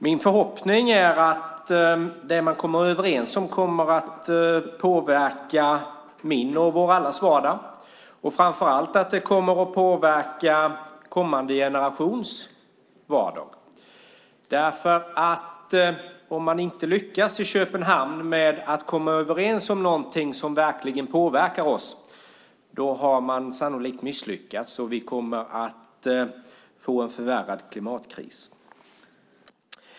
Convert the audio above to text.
Min förhoppning är att det man kommer överens kommer att påverka min och allas vår vardag och framför allt att det kommer att påverka kommande generationers vardag. Om man inte lyckas i Köpenhamn med att komma överens om något som verkligen påverkar oss, då har man sannolikt misslyckats och vi kommer att få en förvärrad klimatkris.